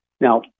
Now